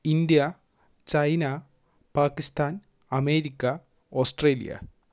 India China Pakistan America Australia